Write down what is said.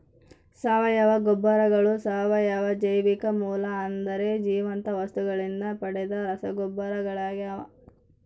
ಸಾವಯವ ಗೊಬ್ಬರಗಳು ಸಾವಯವ ಜೈವಿಕ ಮೂಲ ಅಂದರೆ ಜೀವಂತ ವಸ್ತುಗಳಿಂದ ಪಡೆದ ರಸಗೊಬ್ಬರಗಳಾಗ್ಯವ